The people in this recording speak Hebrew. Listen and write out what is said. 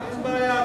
אין בעיה.